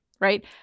Right